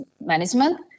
Management